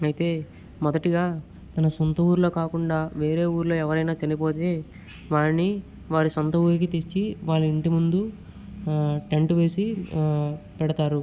అయితే మొదటిగా తన సొంత ఊరిలో కాకుండా వేరే ఊరిలో ఎవరైనా చనిపోతే వారిని వారి సొంత ఊరికి తెచ్చి వారి ఇంటి ముందు టెంట్ వేసి పెడతారు